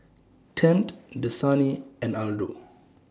Tempt Dasani and Aldo